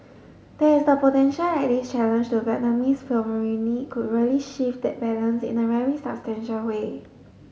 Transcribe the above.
there is the potential that this challenge to Vietnamese could really shift that balance in a very substantial way